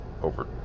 over